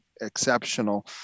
exceptional